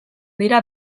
dira